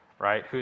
right